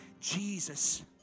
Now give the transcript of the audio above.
Jesus